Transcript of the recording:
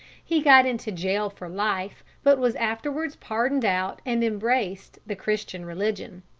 he got into jail for life, but was afterwards pardoned out and embraced the christian religion.